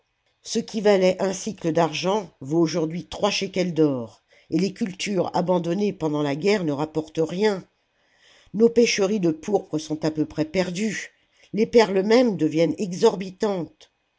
ce qui valait un sicle d'argent vaut aujourd'hui trois shekels d'or et les cultures abandonnées pendant la guerre ne rapportent rien nos pêcheries de pourpre sont à peu près perdues les perles mêmes deviennent exorbitantes